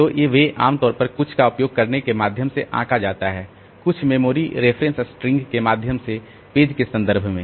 तो वे आम तौर पर कुछ का उपयोग करने के माध्यम से आंका जाता है कुछ मेमोरी रेफरेंस स्ट्रिंग के माध्यम से पेज के संदर्भ में